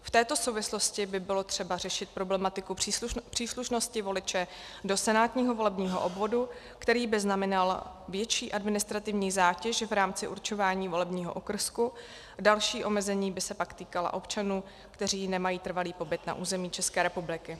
V této souvislosti by bylo třeba řešit problematiku příslušnosti voliče do senátního volebního obvodu, který by znamenal větší administrativní zátěž v rámci určování volebního okrsku, další omezení by se pak týkala občanů, kteří nemají pobyt na území České republiky.